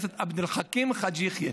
אל חכים חאג' יחיא,